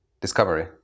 discovery